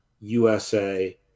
USA